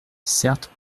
certes